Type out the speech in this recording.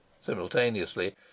simultaneously